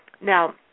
Now